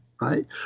Right